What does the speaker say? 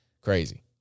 Crazy